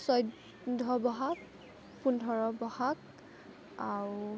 চৈধ্য ব'হাগ পোন্ধৰ ব'হাগ আও